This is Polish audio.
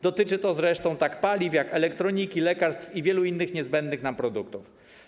Dotyczy to zresztą tak paliw, jak i elektroniki, lekarstw czy wielu innych niezbędnych nam produktów.